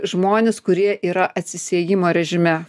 žmonės kurie yra atsiejimo režime